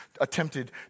attempted